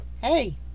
hey